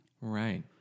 Right